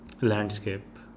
Landscape